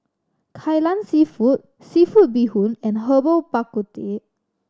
Kai Lan Seafood seafood bee hoon and Herbal Bak Ku Teh